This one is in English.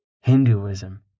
Hinduism